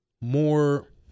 more